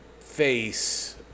face